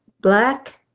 black